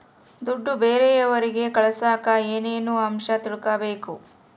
ದುಡ್ಡು ಬೇರೆಯವರಿಗೆ ಕಳಸಾಕ ಏನೇನು ಅಂಶ ತಿಳಕಬೇಕು?